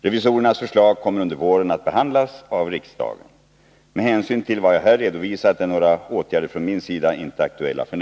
Revisorernas förslag kommer under våren att behandlas av riksdagen. Med hänsyn till vad jag här redovisat är några åtgärder från min sida inte aktuella f. n.